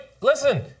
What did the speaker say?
Listen